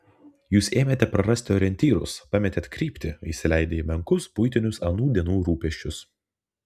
jūs ėmėte prarasti orientyrus pametėt kryptį įsileidę į menkus buitinius anų dienų rūpesčius